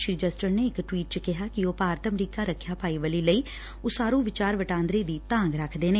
ਸ੍ਰੀ Juster ਨੇ ਇਕ tweet ਚ ਕਿਹਾ ਕਿ ਉਹ ਭਾਰਤ ਅਮਰੀਕਾ ਰੱਖਿਆ ਭਾਈਵਾਲੀ ਲਈ ਉਸਾਰੁ ਵਿਚਾਰ ਵਟਾਂਦਰੇ ਦੀ ਤਾਘ ਰੱਖਦੇ ਨੇ